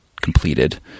completed